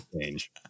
change